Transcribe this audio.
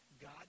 God